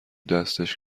دستش